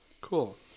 Cool